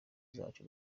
zacu